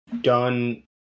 done